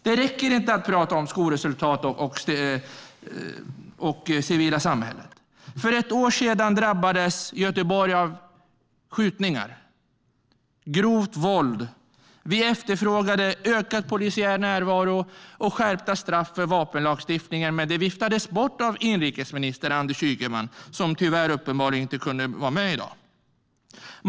Det räcker inte att tala om skolresultat och det civila samhället. För ett år sedan drabbades Göteborg av skjutningar, av grovt våld. Vi efterfrågade ökad polisiär närvaro och skärpta straff i vapenlagstiftningen, men det viftades bort av inrikesminister Anders Ygeman - som tyvärr uppenbarligen inte kunde vara med i dag.